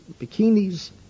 bikinis